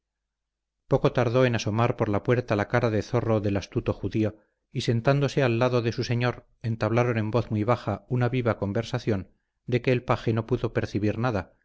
poco tardó en asomar por la puerta la cara de zorro del astuto judío y sentándose al lado de su señor entablaron en voz muy baja una viva conversación de que el paje no pudo percibir nada